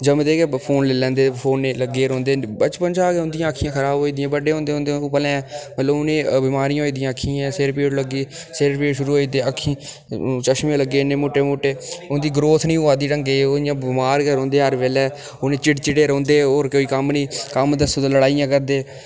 जम्मदे गै फोन लेई लैंदे फोनै ई लग्गे दे रौंह्दे न बचपन दा गै उं'दियां अक्खियां खराब होई जंदियां बड्डे होंदे होंदे ओह् भलेआं गै मतलब उ'ने ईं बमारियां होई जंदियां अक्खियें दियां सिर पीड़ लगी सिर पीड़ शुरू होई जंदी अक्खीं अ चश्में लग्गी जंदे इन्ने मुट्टे मुट्टे उं'दी ग्रोथ निं होआ दी ढंगै दी ओह् इ'यां बमार रौंह्दे हर बेल्लै ओह् चिड़चिड़े रौंह्दे होर कोई कम्म निं कम्म दस्सो ता लड़ाइयां करदे